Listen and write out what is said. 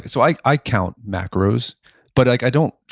so i i count macros but like i don't,